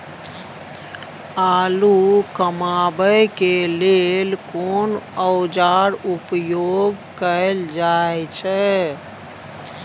आलू कमाबै के लेल कोन औाजार उपयोग कैल जाय छै?